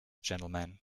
gentlemen